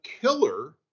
killer